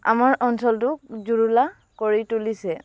আমাৰ অঞ্চলটোক জুৰুলা কৰি তুলিছে